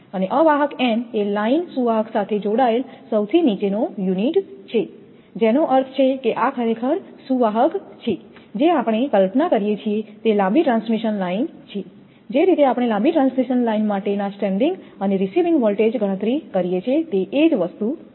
અને અવાહક n એ લાઈન સુવાહક સાથે જોડાયેલ સૌથી નીચેનો યુનિટ છે જેનો અર્થ છે કે આ ખરેખર સુવાહક છે જે આપણે કલ્પના કરીએ છીએ કે તે લાંબી ટ્રાન્સમિશન લાઇન છે જે રીતે આપણે લાંબી ટ્રાન્સમિશન લાઇન માટે ના સેન્ડિંગ અને રીસીવિંગ વોલ્ટેજ ગણતરી કરીએ છીએ તે એ જ વસ્તુ છે